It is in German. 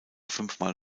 fünfmal